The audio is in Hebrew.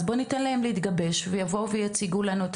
אז בוא ניתן להם להתגבש ושהם יבואו ויציגו לנו את